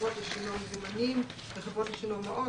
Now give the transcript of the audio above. חברות לשינוע מזומנים וחברות לשינוע מעות,